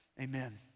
Amen